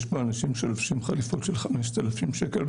ויש פה אנשים שלובשים חליפות ב-5,000 שקל.